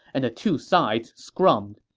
and the two sides scrummed.